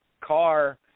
car